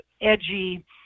edgy